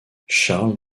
charles